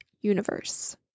Universe